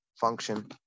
function